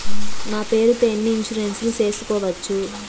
నా పేరుతో ఎన్ని ఇన్సూరెన్సులు సేసుకోవచ్చు?